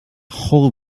whole